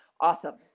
Awesome